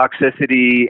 toxicity